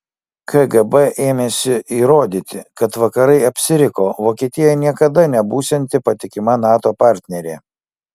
kgb ėmėsi įrodyti kad vakarai apsiriko vokietija niekada nebūsianti patikima nato partnerė